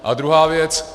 A druhá věc.